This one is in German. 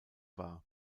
wahr